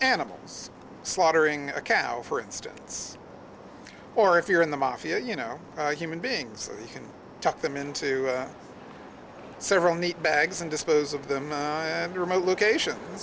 animals slaughtering a cow for instance or if you're in the mafia you know human beings can talk them into several neat bags and dispose of them to remote location